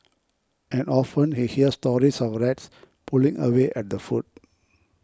and often he hear stories of rats pulling away at the food